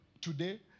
today